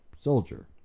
soldier